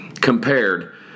compared